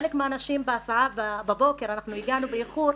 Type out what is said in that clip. חלק מהנשים בהסעה בבוקר, אנחנו הגענו באיחור,